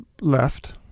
left